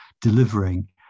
delivering